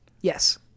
Yes